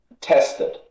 tested